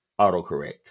autocorrect